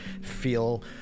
feel